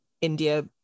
India